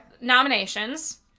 nominations